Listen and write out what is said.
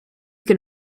can